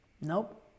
Nope